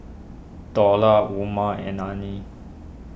Dollah Umar and Ain